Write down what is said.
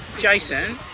Jason